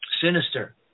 sinister